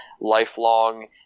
lifelong